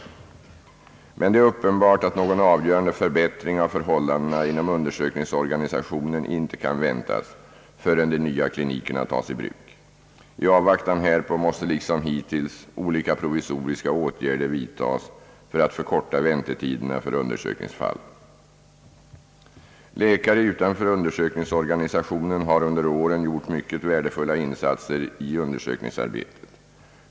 Det är emellertid uppenbart att någon avgörande förbättring av förhållandena inom undersökningsorganisationen inte kan väntas förrän de nya klinikerna tas i bruk. I avvaktan härpå måste liksom hittills olika provisoriska åtgärder vidtas för att förkorta väntetiderna för undersökningsfallen. Läkare utanför undersökningsorganisationen har under åren gjort mycket värdefulla insatser i undersökningsarbetet.